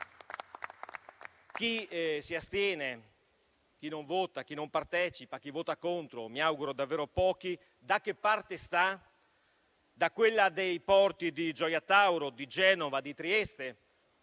Chi si astiene, chi non vota, chi non partecipa, chi vota contro - mi auguro davvero pochi - da che parte sta? Da quella dei porti di Gioia Tauro, di Genova e di Trieste